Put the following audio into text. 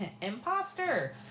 Imposter